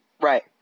Right